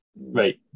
Right